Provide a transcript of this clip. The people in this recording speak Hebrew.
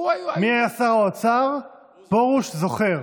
מי היה שר האוצר פרוש זוכר,